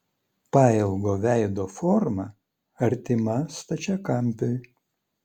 pailgo veido forma artima stačiakampiui